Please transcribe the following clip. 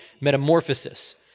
metamorphosis